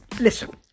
Listen